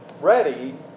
ready